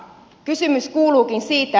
kysymys kuuluukin siitä